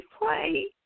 play